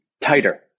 tighter